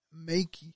make